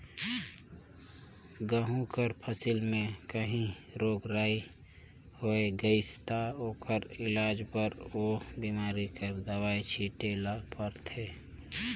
गहूँ कर फसिल में काहीं रोग राई होए गइस ता ओकर इलाज बर ओ बेमारी कर दवई छींचे ले परथे